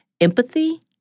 empathy